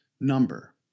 number